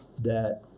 that